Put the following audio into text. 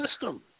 system